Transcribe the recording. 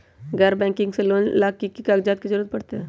गैर बैंकिंग से लोन ला की की कागज के जरूरत पड़तै?